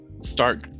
start